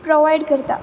provide करता